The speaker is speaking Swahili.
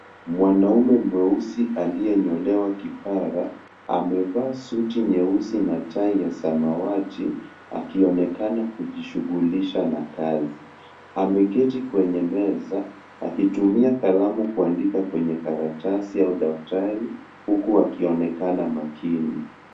Mwanaume mweusi aliyenyolewa kipara, amevaa suti nyeusi na tai ya samawati, akionekana kujishughulisha na kazi. Ameketi kwenye meza, akitumia kalamu kuandika kwenye karatasi au daftari, huku akionekana makini.